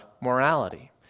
morality